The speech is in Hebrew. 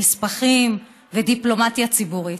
נספחים ודיפלומטיה ציבורית,